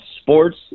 sports